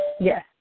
Yes